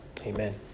Amen